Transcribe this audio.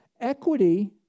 Equity